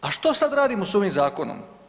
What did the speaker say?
A što sada radimo s ovim zakonom?